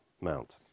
Mount